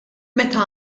meta